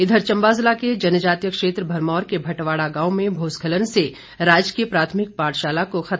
इधर चंबा जिले के जनजातीय क्षेत्र भरमौर के भटवाड़ा गांव में भूस्खलन से राजकीय प्राथमिक पाठशाला को खतरा पैदा हो गया है